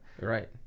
right